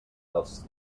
dels